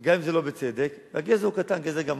גם אם זה לא בצדק, והגזר הוא קטן, גזר גמדי.